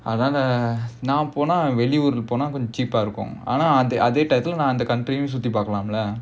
அதனால நான் போனா வெளி ஊர் போனா கொஞ்சம்:adhanaala naan ponaa veli oor ponaa konjam cheap ah இருக்கும் ஆனா அதே:irukkum aanaa adhae country ஐயும் சுத்தி பார்க்கலாம்ல:suthi paarkkalaamla